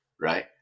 right